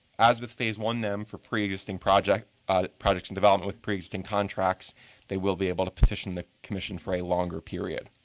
as with phase one nem for preexisting projects projects in development with preexisting contracts they will be able to petition the commission for a longer period.